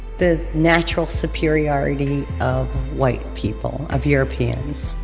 the natural superiority of white people, of europeans.